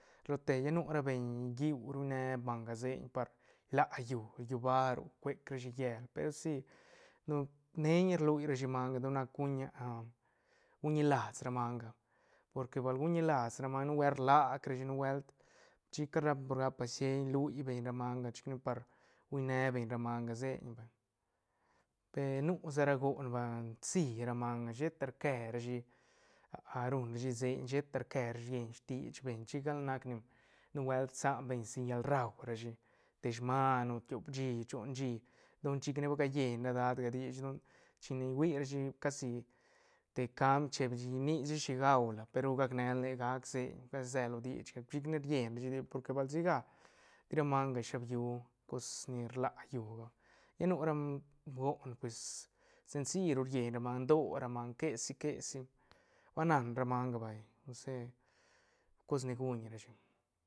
Lo te lla nu ra beñ hiu ruñ ne manga seiñ par liat llú-llú ba roc cuec rashi llel per si neiñ rluirashi manga don nac guñ guñ ñilas ra manga porque bal guñ ñilas ra manga nubuelt rlac rashi nubuelt chic gal rap beñ por gap beñ pasiens iliu beñ ra manga chic ne par guñ ne beñ ra manga seiñ vay pe nu sa ra goon bal nsi ra manga sheta rque rashi ruñ rashi seiñ sheta rque rashi rieñ stis beñ chic gal nac ne nubuelt rsan beñ sin llal rau ra shi te sman o tiop shí choon shí don chicne va callen ra dadga dich don chine hui shi casi te cambi che beñ nicha shi guala pe ru gac ne la re gac seiñ pues se lo dichga chic ne rllen rashi dich porque bal siga ti ra manga shabllu cos ni rla llúga lla nu ram goon pues senci ru rien ra manga ndo ra manga quesi- quesi ba nan ra manga vay ose cos ni guñ rashi.